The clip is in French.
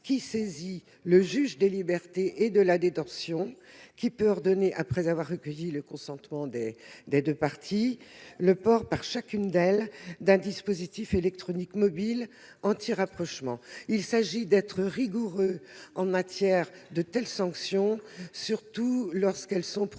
alors le juge des libertés et de la détention, lequel pourra ordonner, après avoir recueilli le consentement des deux parties, le port, par chacune d'elle, d'un dispositif électronique mobile anti-rapprochement. Il s'agit d'être rigoureux dans l'application de telles sanctions, surtout lorsqu'elles sont prononcées